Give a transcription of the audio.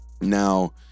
now